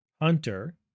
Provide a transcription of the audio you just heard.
Hunter